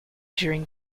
during